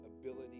ability